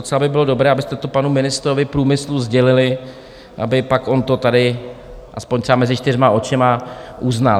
Docela by bylo dobré, abyste to panu ministrovi průmyslu sdělili, aby pak on to tady aspoň třeba mezi čtyřma očima uznal.